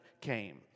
came